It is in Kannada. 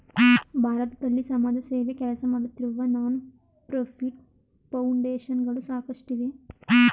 ಭಾರತದಲ್ಲಿ ಸಮಾಜಸೇವೆ ಕೆಲಸಮಾಡುತ್ತಿರುವ ನಾನ್ ಪ್ರಫಿಟ್ ಫೌಂಡೇಶನ್ ಗಳು ಸಾಕಷ್ಟಿವೆ